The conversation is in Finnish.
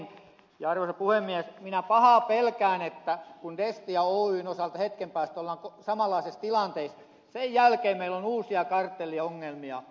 arvoisa puhemies minä pahaa pelkään että kun destia oyn osalta hetken päästä ollaan samanlaisessa tilanteessa niin sen jälkeen meillä on uusia kartelliongelmia